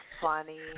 funny